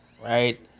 Right